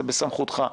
זה בסמכותך,